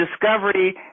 discovery